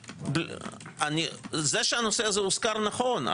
זה שהנושא הוסר נכון,